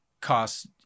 cost